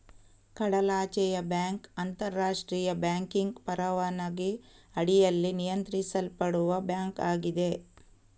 ಕಡಲಾಚೆಯ ಬ್ಯಾಂಕ್ ಅಂತರಾಷ್ಟ್ರೀಯ ಬ್ಯಾಂಕಿಂಗ್ ಪರವಾನಗಿ ಅಡಿಯಲ್ಲಿ ನಿಯಂತ್ರಿಸಲ್ಪಡುವ ಬ್ಯಾಂಕ್ ಆಗಿದೆ